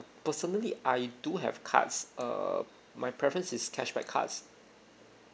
personally I do have cards err my preference is cashback cards